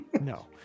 No